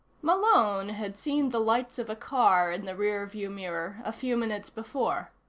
malone had seen the lights of a car in the rear-view mirror a few minutes before.